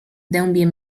dębie